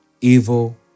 evil